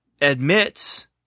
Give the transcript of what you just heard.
admits